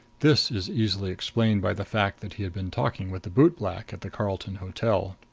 this is easily explained by the fact that he had been talking with the bootblack at the carlton hotel.